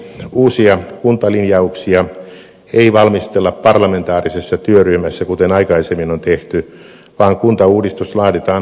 uusia kuntalinjauksia ei valmistella parlamentaarisessa työryhmässä kuten aikaisemmin on tehty vaan kuntauudistus laaditaan hallituspuolueiden kesken